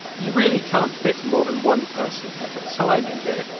you really can't fit more than one person at a time in here,